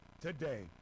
today